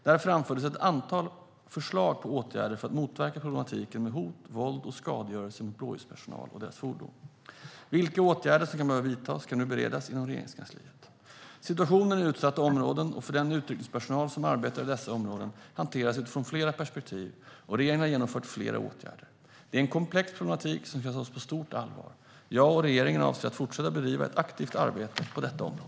Där framfördes ett antal förslag på åtgärder för att motverka problematiken med hot, våld och skadegörelse mot blåljuspersonal och deras fordon. Vilka åtgärder som kan behöva vidtas ska nu beredas inom Regeringskansliet. Situationen i utsatta områden och för den utryckningspersonal som arbetar i dessa områden hanteras utifrån flera perspektiv, och regeringen har vidtagit flera åtgärder. Det är en komplex problematik som tas på stort allvar. Jag och regeringen avser att fortsätta bedriva ett aktivt arbete på detta område.